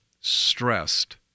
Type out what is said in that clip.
stressed